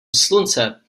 slunce